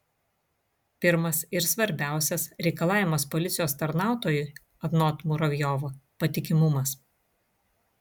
pirmas ir svarbiausias reikalavimas policijos tarnautojui anot muravjovo patikimumas